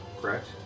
correct